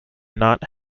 not